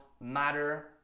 matter